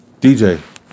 DJ